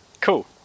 Cool